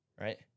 right